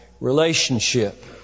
relationship